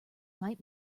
might